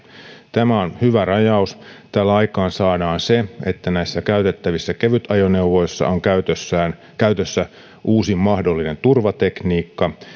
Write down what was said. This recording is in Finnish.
tämä on hyvä rajaus tällä aikaansaadaan se että näissä käytettävissä kevytajoneuvoissa on käytössä uusin mahdollinen turvatekniikka